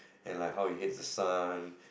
and like how he hates the son